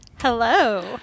Hello